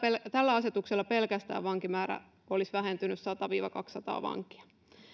tällä asetuksella vankimäärä olisi vähentynyt sata viiva kaksisataa vankia